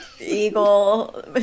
eagle